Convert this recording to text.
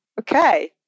okay